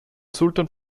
sultan